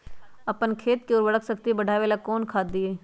अपन खेत के उर्वरक शक्ति बढावेला कौन खाद दीये?